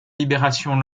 libération